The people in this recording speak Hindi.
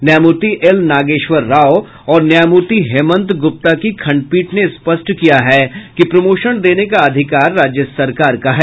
न्यायमूर्ति एल नागेश्वर राव और न्यायमूर्ति हेमंत गुप्ता की खंडपीठ ने स्पष्ट किया है कि प्रोमोशन देने का अधिकार राज्य सरकार का है